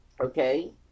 Okay